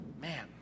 Man